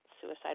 suicide